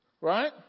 Right